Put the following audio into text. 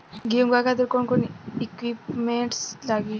गेहूं उगावे खातिर कौन कौन इक्विप्मेंट्स लागी?